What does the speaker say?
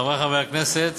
חברי חברי הכנסת,